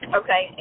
okay